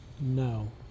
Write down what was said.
no